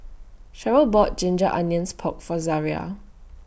Cherrelle bought Ginger Onions Pork For Zaria